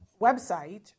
website